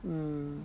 mm